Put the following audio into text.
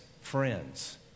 friends